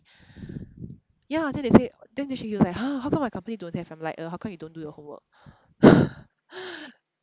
ya then they say then she he like !huh! how come my company don't have I'm like uh how come you don't do your homework